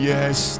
Yes